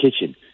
kitchen